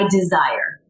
desire